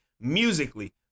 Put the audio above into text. musically